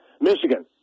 Michigan